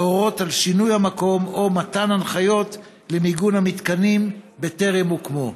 להורות על שינוי המקום או מתן הנחיות למיגון המתקנים בטרם הוקמו?